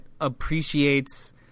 appreciates